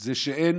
זה שאין